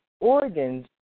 organs